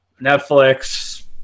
Netflix